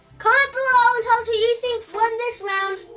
comment below and tell us who you think won this round.